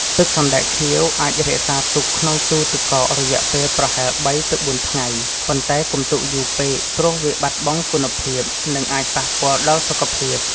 ទឹកសណ្ដែកខៀវអាចរក្សាទុកក្នុងទូទឹកកករយៈពេលប្រហែល ៣ ទៅ ៤ ថ្ងៃ ប៉ុន្តែកុំទុកយូរពេកព្រោះវាបាត់បង់គុណភាព និងអាចប៉ះពាល់ដល់សុខភាព។